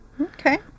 Okay